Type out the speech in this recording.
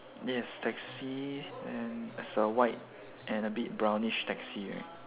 yes taxi and there's a white and a bit brownish taxi